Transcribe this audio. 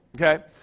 okay